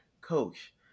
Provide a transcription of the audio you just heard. Coach